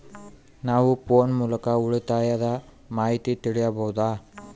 ನಾವು ಫೋನ್ ಮೂಲಕ ಉಳಿತಾಯದ ಮಾಹಿತಿ ತಿಳಿಯಬಹುದಾ?